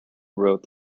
wrote